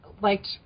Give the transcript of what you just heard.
liked